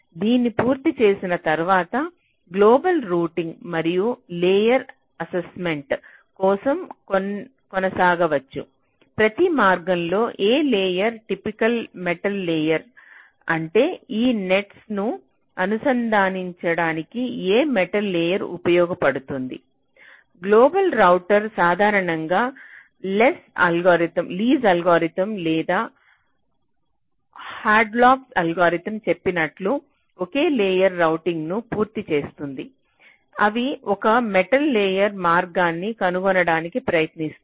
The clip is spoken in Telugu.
దీన్ని పూర్తి చేసిన తర్వాత గ్లోబల్ రూటింగ్ మరియు లేయర్ అసైన్మెంట్ కోసం కొనసాగవచ్చు ప్రతి మార్గం లో ఏ లేయర్ టిపికల్ మెటల్ లేయర్ అంటే ఈ నెట్స్ ను అనుసంధానించడానికి ఏ మెటల్ లేయర్ ఉపయోగపడుతుంది గ్లోబల్ రౌటర్ సాధారణంగా లీస్ అల్గోరిథం లేదా హాడ్లాక్ అల్గోరిథం Hadlock's algorithm చెప్పినట్లు ఒకే లేయర్ రౌటింగ్ను పూర్తి చేస్తుంది అవి ఒక మెటల్ లేయర్ మార్గాన్ని కనుగొనడానికి ప్రయత్నిస్తుంది